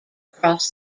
cross